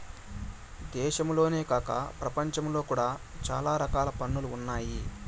దేశంలోనే కాక ప్రపంచంలో కూడా చాలా రకాల పన్నులు ఉన్నాయి